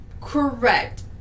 Correct